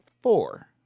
Four